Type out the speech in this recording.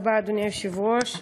אדוני היושב-ראש,